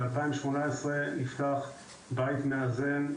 ב-2018 נפתח בית מאזן,